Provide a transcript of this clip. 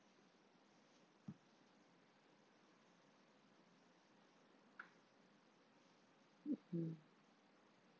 mm mm